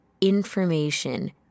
information